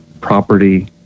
property